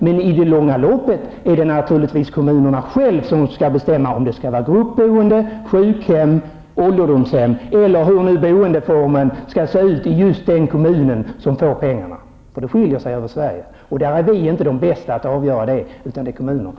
Men i det långa loppet är det naturligtvis de kommuner som får pengarna som själva skall bestämma om de skall ha gruppboende, sjukhem, ålderdomshem, osv. Vi är inte de bästa att bestämma detta, utan det är kommunerna.